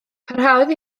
parhaodd